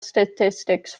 statistics